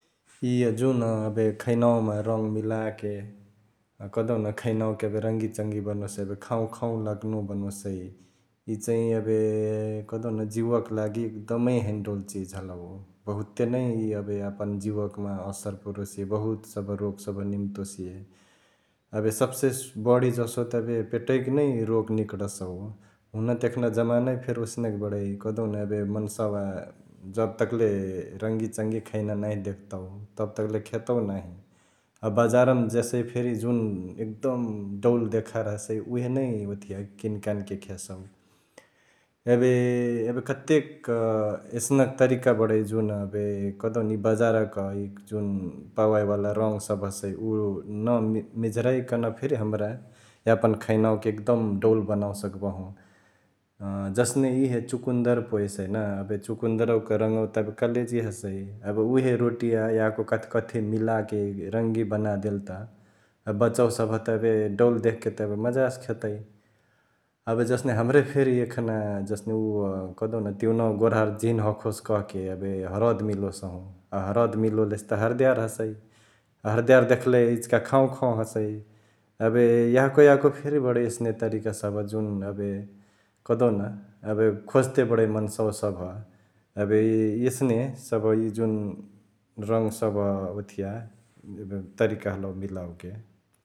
इअ जुन एबे खैनावामा रङ्ग मिलाके कहदेउन खैनावाके एबे रङ्गिचङ्गी बनोसई ,एबे खाँउखाँउ लाग्नु बनोसई यि चैं एबे कहदेउन जिउवाक लागी एकदम हैने डौल चीज हलउ बहुते इ एबे यापन जिउवामा असर पुरोसिहे बहुत सभ रोग सभ निम्तोसिहे । एबे सब्से बढिजसो त एबे पेटकैनै रोग निकडसउ हुनत एखना जमाना फेरी ओसनक बडै कहदेउन एबे मन्सावा जबतक्ले रङिचङ्गी खैना नाँही देखतउ तब तकले खेतउ नाँही । अ बजारमा जेसई फेरी जुन एकदम डौल देखार हसई उहे नै ओथिया किनकानके खेसउ । एबे एबे कतेक एसनक तरिका बडई जुन एबे कहदिउन इअ बजारक इ जुन पोवावेवाला रङ सभ हसई उअ नमिझराइकन फेरी हमरा यापन खैनावाके एकदम डौल बनावे सकबंहु । जसने इहे चुकुन्दर पोएसई ना एबे चुकुन्दवा क रङ्वा त एबे कलेजी हसई एबे उहे रोटिया यको कथकथी मिलाके रङ्गिन बनादेले त एबे बचवा सभ त एबे डौल देखके त एबे मजासे खेतई । एबे जसने हमरे फेरी एखना जसने उअ कहदिउन तिउनावा गोरहार झिन हखोस कहके एबे हरद मिलोसहु अ हरद मिलोलेसे त हरदियार हसै । अ हरदियार देखले इचिका खाँउखाँउ हसै । एबे याको याको फेरी बडै एसने तरिका सभ जुन एबे कहदेउन एबे खोजते बडै मन्सवा सभ । एबे एसने सभ इ जुन रङ्ग सभ ओथिया एबे तरिका हलउ मिलओके ।